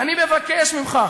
ואני מבקש ממך,